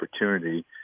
opportunity